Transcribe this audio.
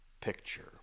picture